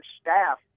staff